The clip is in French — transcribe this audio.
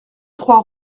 trois